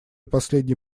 последней